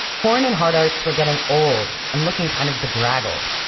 horn and hardarts were getting old, and looking kind of bedraggled.